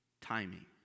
timing